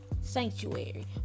sanctuary